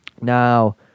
Now